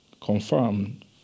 confirmed